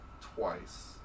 twice